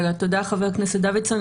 תודה, חבר הכנסת דוידסון.